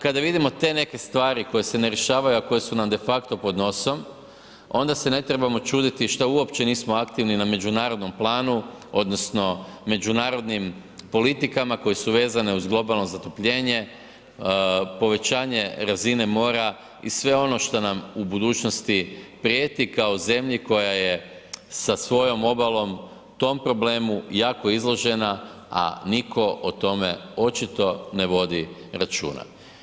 Kada vidimo te neke stvari koje se ne rješavaju, a koje su nam de facto pod nosom, onda se ne trebamo čuditi što uopće nismo aktivni na međunarodnom planu odnosno međunarodnim politikama koje su vezane uz globalno zatopljenje, povećanje razine mora i sve ono što nam u budućnosti prijeti kao zemlji koja je sa svojom obalom tom problemu jako izložena, a nitko o tome očito ne vodi računa.